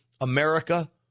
America